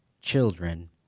children